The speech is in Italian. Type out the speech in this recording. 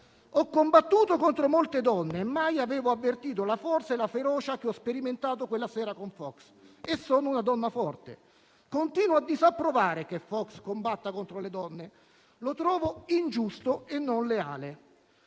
«Ho combattuto contro molte donne, mai avevo avvertito la forza e la ferocia che ho sperimentato quella sera con Fox, e sono una donna forte. Continuo a disapprovare che Fox combatta contro le donne; lo trovo ingiusto e non leale».